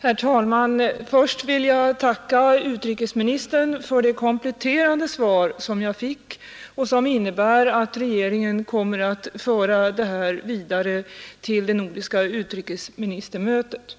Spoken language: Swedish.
Herr talman! Först vill jag tacka utrikesministern för det kompletterande svar jag fick och som innebär att regeringen kommer att föra detta vidare till det nordiska utrikesministermötet.